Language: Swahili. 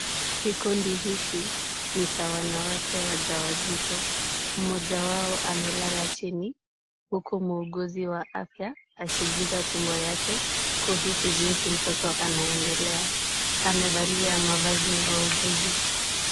Kikundi hiki ni cha wanawake wajawazito. Mmoja wao amelala chini huku muuguzi wa afya akiguza tumbo yake, kuhisi jinsi mtoto anaendelea. Amevalia mavazi ya wauguzi.